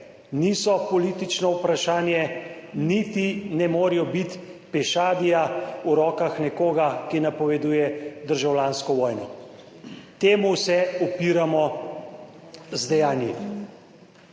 niso politično vprašanje, niti ne morejo biti pešadija v rokah nekoga, ki napoveduje državljansko vojno. Temu se upiramo z dejanji.